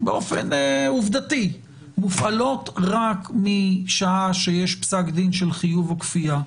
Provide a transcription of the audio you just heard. באופן עובדתי מופעלות רק משעה שיש פסק דין של חיוב או כפייה,